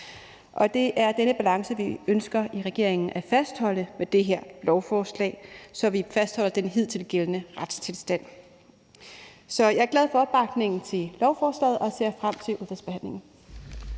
og det er denne balance, vi i regeringen ønsker at fastholde med det her lovforslag, så vi fastholder den hidtil gældende retstilstand. Så jeg er glad for opbakningen til lovforslaget og ser frem til udvalgsbehandlingen.